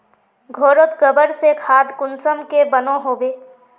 घोरोत गबर से खाद कुंसम के बनो होबे?